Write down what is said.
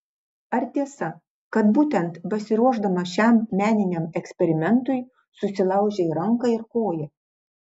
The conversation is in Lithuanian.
ar tiesa kad būtent besiruošdama šiam meniniam eksperimentui susilaužei ranką ir koją